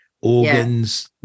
organs